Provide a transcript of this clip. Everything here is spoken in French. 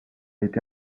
été